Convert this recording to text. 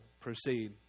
proceed